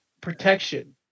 protection